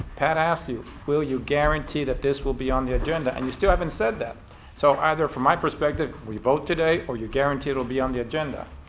pat asked you, will you guarantee that this will be on the agenda and you still haven't said that so either from my perspective we vote today or you guarantee that it will be on the agenda.